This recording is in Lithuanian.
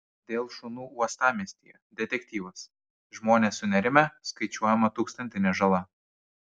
dėl šunų uostamiestyje detektyvas žmonės sunerimę skaičiuojama tūkstantinė žala